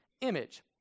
image